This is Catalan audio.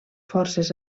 forces